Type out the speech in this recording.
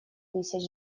тысяч